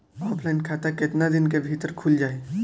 Offline खाता केतना दिन के भीतर खुल जाई?